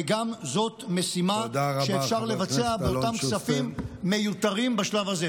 וגם זאת משימה שאפשר לבצע באותם כספים מיותרים בשלב הזה.